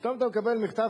פתאום אתה מקבל מכתב,